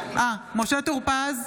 בעד נעמה לזימי,